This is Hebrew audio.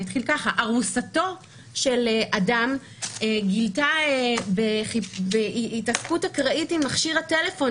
ארוסתו של אדם גילתה בהתעסקות אקראית במכשיר הטלפון